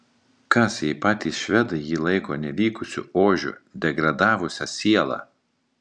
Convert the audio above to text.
kas jei patys švedai jį laiko nevykusiu ožiu degradavusia siela